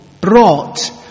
brought